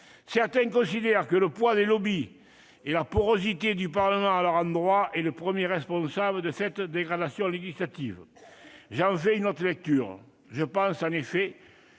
Certains considèrent que le poids des lobbies et la porosité du Parlement à leur endroit est le premier responsable de cette dégradation législative. J'en fais une autre lecture. Je pense en effet